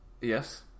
Yes